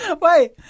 Wait